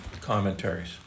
commentaries